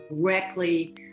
directly